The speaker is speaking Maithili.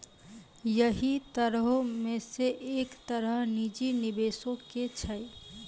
यहि तरहो मे से एक तरह निजी निबेशो के छै